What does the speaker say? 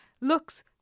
looks